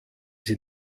sie